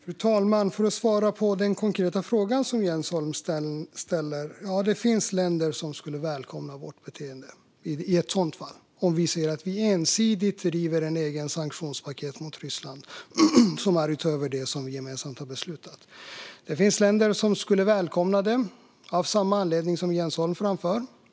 Fru talman! För att svara på den konkreta fråga som Jens Holm ställer: Ja, det finns länder som skulle välkomna vårt beteende i ett sådant fall, om vi ensidigt driver ett eget sanktionspaket mot Ryssland som går utöver det som vi gemensamt har beslutat. Det finns länder som skulle välkomna det av samma anledning som Jens Holm framför.